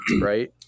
right